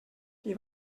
qui